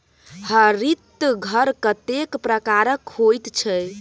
हरित घर कतेक प्रकारक होइत छै?